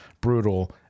brutal